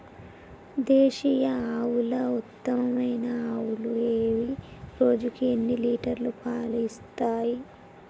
దేశీయ ఆవుల ఉత్తమమైన ఆవులు ఏవి? రోజుకు ఎన్ని లీటర్ల పాలు ఇస్తాయి?